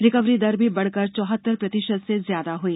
recovery दर भी बढ़कर चौहत्तर प्रतिशत से ज्यादा हई